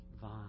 vine